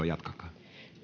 ja